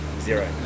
Zero